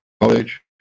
College